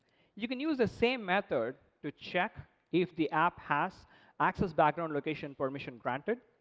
you can use the same method to check if the app has access background location permission granted.